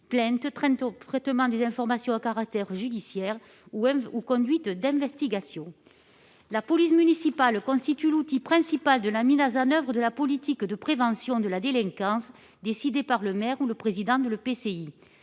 plaintes, traitement des informations à caractère judiciaire, conduite des investigations, etc. La police municipale constitue l'outil principal de la mise en oeuvre de la politique de prévention de la délinquance décidée par le maire ou le président de l'EPCI.